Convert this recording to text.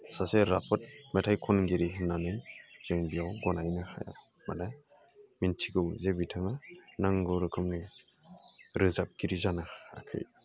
सासे राफोद मेथाइ खनगिरि होननानै जों बेयाव गनायनो हाया मानोना मिन्थिगौ जे बिथाङा नांगौ रोखोमै रोजाबगिरि जानो हायाखै